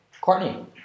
Courtney